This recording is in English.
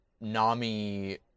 Nami